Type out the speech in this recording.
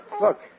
Look